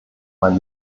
mein